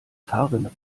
fahrrinne